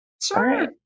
Sure